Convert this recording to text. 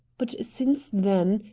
but since then,